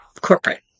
corporate